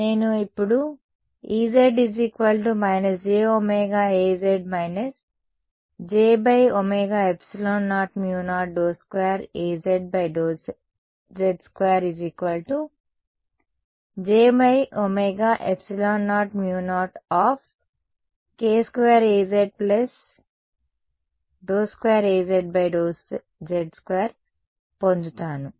నేను ఇప్పుడు Ez jωAz j00∂2Az∂z2 j00 k2Az∂2Az∂z2 పొందుతాను